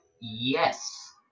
yes